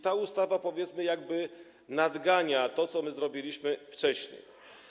Ta ustawa, powiedzmy, nadgania to, co my zrobiliśmy wcześniej.